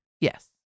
Yes